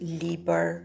liber